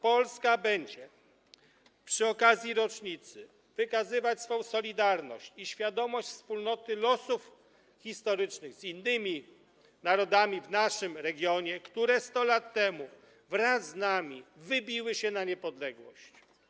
Polska będzie przy okazji rocznicy wykazywać swą solidarność i świadomość wspólnoty losów historycznych z innymi narodami w naszym regionie, które 100 lat temu wraz z nami wybiły się na niepodległość.